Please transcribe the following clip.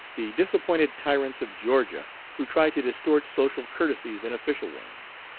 the disappointed tyrants of georgia, who try to distort social courtesies in official ones.